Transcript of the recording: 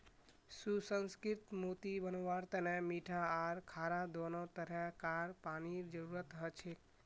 सुसंस्कृत मोती बनव्वार तने मीठा आर खारा दोनों तरह कार पानीर जरुरत हछेक